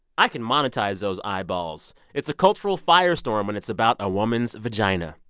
i can monetize those eyeballs. it's a cultural firestorm when it's about a woman's vagina.